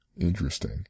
Interesting